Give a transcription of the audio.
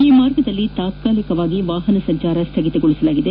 ಈ ಮಾರ್ಗದಲ್ಲಿ ತಾತ್ಕಾಲಿಕವಾಗಿ ವಾಹನ ಸಂಚಾರ ಸ್ವಗಿತಗೊಳಿಸಲಾಗಿದೆ